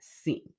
seen